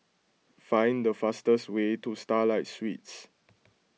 find the fastest way to Starlight Suites